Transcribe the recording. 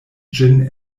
ĝin